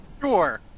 Sure